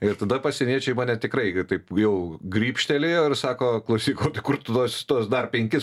ir tada pasieniečiai mane tikrai taip jau grybštelėjo ir sako klausyk o tai kur tu tuos tuos dar penkis